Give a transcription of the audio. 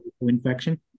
infection